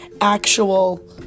actual